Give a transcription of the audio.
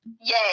Yay